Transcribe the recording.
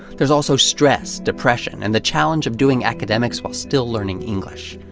there's also stress, depression, and the challenge of doing academics while still learning english.